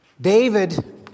David